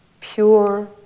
pure